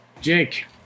Jake